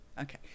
Okay